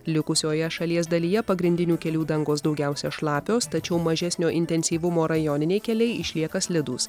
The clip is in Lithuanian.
likusioje šalies dalyje pagrindinių kelių dangos daugiausia šlapios tačiau mažesnio intensyvumo rajoniniai keliai išlieka slidūs